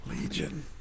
Legion